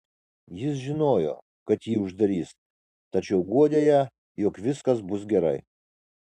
jis žinojo kad jį uždarys tačiau guodė ją jog viskas bus gerai